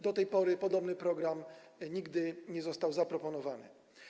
Do tej pory podobny program nigdy nie został zaproponowany.